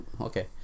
okay